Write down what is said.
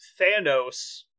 Thanos